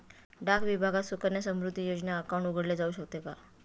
डाक विभागात सुकन्या समृद्धी योजना अकाउंट उघडले जाऊ शकते का?